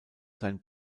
seien